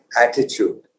attitude